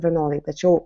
vienodai tačiau